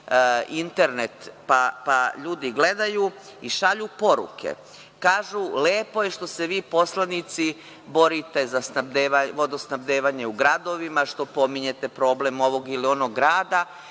internet pa ljudi gledaju i šalju poruke. Kažu - lepo je što se vi poslanici borite za vodosnabdevanje u gradovima, što pominjete problem onog ili ovog grada.